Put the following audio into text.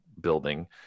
building